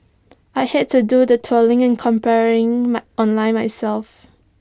I hate to do the trawling and comparing my online myself